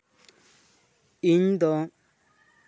ᱤᱧ ᱫᱚ